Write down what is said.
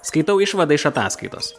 skaitau išvadą iš ataskaitos